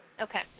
Okay